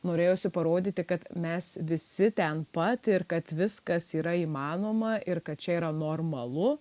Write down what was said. norėjosi parodyti kad mes visi ten pat ir kad viskas yra įmanoma ir kad čia yra normalu